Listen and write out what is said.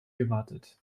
gewartet